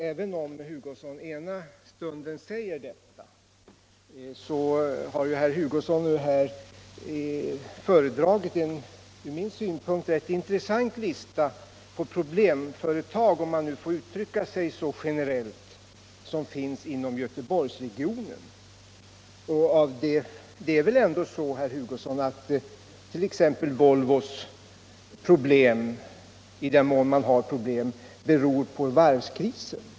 Även om herr Hugosson ena stunden säger detta, föredrar han i nästa stund en från min synpunkt rätt intressant lista på problemföretag - om man nu får uttrycka sig så generellt — som finns inom Göteborgsregionen. Det är väl ändå inte så, herr Hugosson, att t.ex. Volvos problem — i den mån man där har problem — beror på varvskrisen?